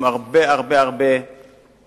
עם הרבה חתחתים,